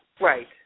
right